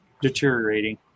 deteriorating